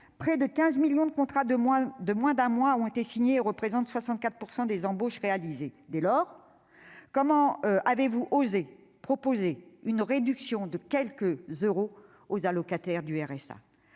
près de 15 millions de contrats de moins d'un mois ont été signés, qui représentent 64 % des embauches réalisées ! Dès lors, comment avez-vous osé proposer une réduction de quelques euros pour les allocataires du RSA ?